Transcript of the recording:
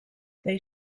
they